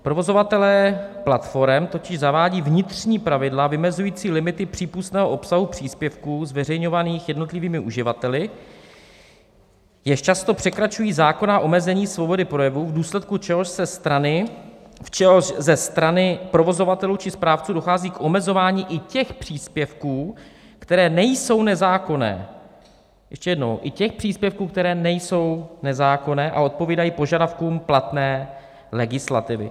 Provozovatelé platforem totiž zavádí vnitřní pravidla vymezující limity přípustného obsahu příspěvků zveřejňovaných jednotlivými uživateli, jež často překračují zákonná omezení svobody projevu, v důsledku čehož ze strany provozovatelů či správců dochází k omezování i těch příspěvků, které nejsou nezákonné ještě jednou: i těch příspěvků, které nejsou nezákonné a odpovídají požadavkům platné legislativy.